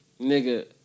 Nigga